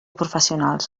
professionals